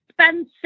expensive